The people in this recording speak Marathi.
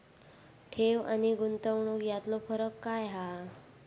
ठेव आनी गुंतवणूक यातलो फरक काय हा?